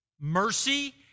mercy